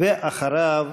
אחריו,